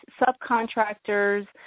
subcontractors